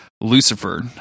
Lucifer